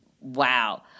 Wow